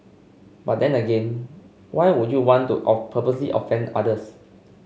but then again why would you want to of purposely offend others